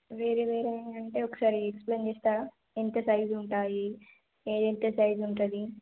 వేరే వేరే అంటే ఒకసారి ఎక్స్ప్లెయిన్ చేస్తారా ఎంత సైజ్ ఉంటుంది ఏది ఎంత సైజ్ ఉంటుంది